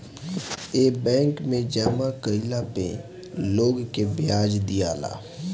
ए bank मे जामा कइला पे लोग के ब्याज दियाला